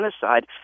genocide